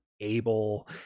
able